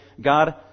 God